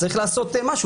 צריך לעשות משהו.